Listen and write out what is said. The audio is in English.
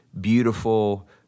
beautiful